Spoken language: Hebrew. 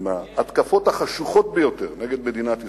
עם ההתקפות החשוכות ביותר נגד מדינת ישראל,